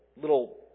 little